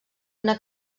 una